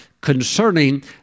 concerning